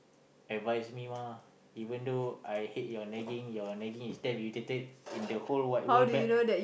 advise me mah even though I hate your nagging your nagging is damn irritated in the whole wide world that